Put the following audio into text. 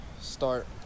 start